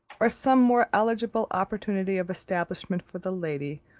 or some more eligible opportunity of establishment for the lady,